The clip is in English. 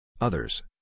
Others